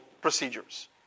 procedures